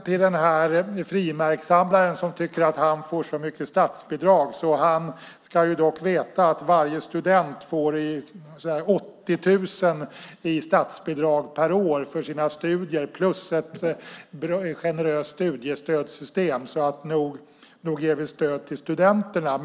Till den här frimärkssamlaren som tycker att han får så mycket statsbidrag kan jag säga att han dock ska veta att varje student får 80 000 i statsbidrag per år för sina studier. Dessutom finns ett generöst studiestödssystem. Nog ger vi stöd till studenterna!